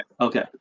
Okay